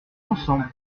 ensemble